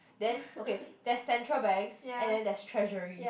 then okay there's Central Bank and then there is treasuries